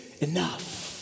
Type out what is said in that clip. enough